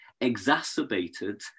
exacerbated